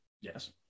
Yes